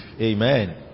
Amen